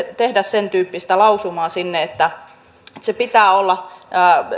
tehdä sentyyppistä lausumaa sinne että sen pitää olla